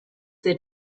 their